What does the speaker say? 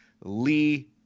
Lee